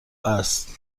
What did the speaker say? است